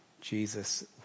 Jesus